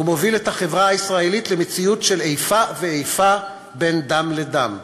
הוא מוביל את החברה הישראלית למציאות של איפה ואיפה בין דם לדם,